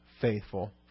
faithful